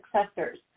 successors